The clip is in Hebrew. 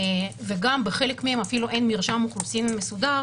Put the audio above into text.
ובחלק מהן אין אפילו מרשם אוכלוסין מסודר